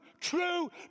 True